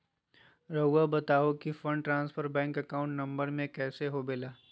रहुआ बताहो कि fund transfer bank account number में कैसे होबेला?